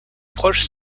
proches